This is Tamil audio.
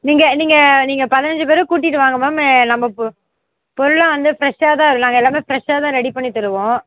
நீங்கள் நீங்கள் நீங்கள் பதினைஞ்சு பேரை கூட்டிகிட்டு வாங்க மேம் நம்ம பொருளெலாம் வந்து ஃப்ரெஷ்ஷாக தான் நாங்கள் எல்லாமே ஃப்ரெஷ்ஷாக தான் ரெடி பண்ணி தருவோம்